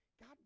God